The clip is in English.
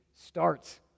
starts